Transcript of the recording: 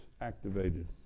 activated